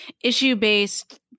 issue-based